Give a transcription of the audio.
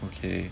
okay